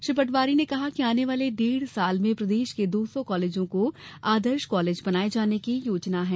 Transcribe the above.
श्री पटवारी ने कहा कि आने वाले डेढ़ साल में प्रदेश के दौ सौ कॉलेज को आदर्श कॉलेज बनाए जाने की योजना है